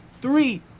Three